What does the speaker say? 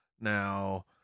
Now